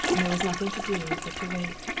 there was nothing to do but to wait.